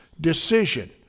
decision